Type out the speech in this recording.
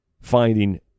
Finding